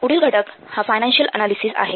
पुढील घटक हा फाईनान्शियल अनालिसिस आहे